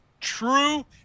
true